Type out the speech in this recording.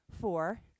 four